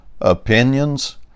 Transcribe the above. opinions